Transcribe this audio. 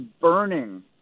burning